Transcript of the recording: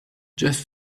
just